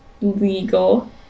legal